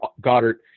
Goddard